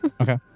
Okay